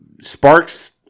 sparks